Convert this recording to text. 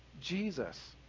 Jesus